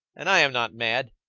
and i am not mad.